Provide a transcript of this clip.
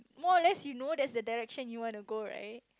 more or less you know that's the direction you wanna go right